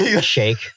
shake